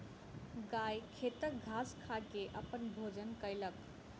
गाय खेतक घास खा के अपन भोजन कयलक